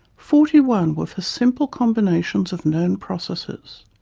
forty one were for simple combinations of known processes.